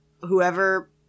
whoever